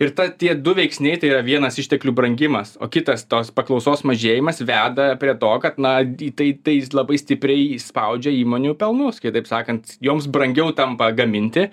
ir ta tie du veiksniai tai yra vienas išteklių brangimas o kitas tos paklausos mažėjimas veda prie to kad na tai tai jis labai stipriai įspaudžia įmonių pelnus kitaip sakant joms brangiau tampa gaminti